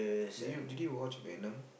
did you did you watch Venom